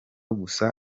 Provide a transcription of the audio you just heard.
gusa